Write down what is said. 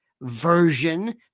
version